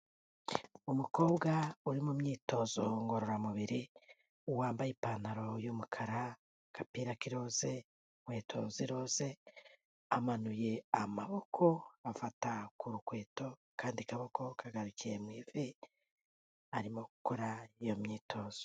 Umukobwa uri mu myitozo ngororamubiri, wambaye ipantaro y'umukara, agapira k'iroze, inkweto z'iroze, amanuye amaboko afata ku rukweto, akandi kaboko kagarukiye mu ivi, arimo gukora iyo myitozo.